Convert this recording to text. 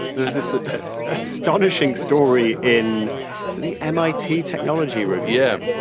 there's this astonishing story in so the m i t technology riviere,